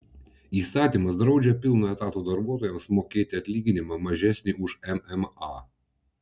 įstatymas draudžia pilno etato darbuotojams mokėti atlyginimą mažesnį už mma